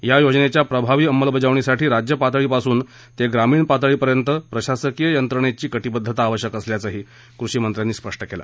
या योजनेच्या प्रभावी अंमलबजावणीसाठी राज्य पातळीपासून ते ग्रामीण पातळीपर्यंत प्रशासकीय यंत्रणेची काँबिद्वता आवश्यक असल्याचंही कृषीमंत्र्यांनी सांगितलं